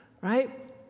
right